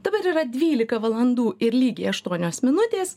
dabar yra dvylika valandų ir lygiai aštuonios minutės